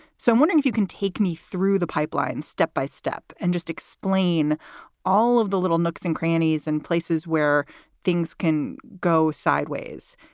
someone and if you can take me through the pipeline step by step and just explain all of the little nooks and crannies and places where things can go sideways.